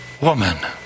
woman